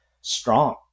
strong